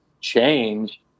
change